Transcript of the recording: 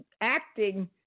acting